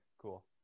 cool